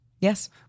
Yes